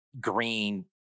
green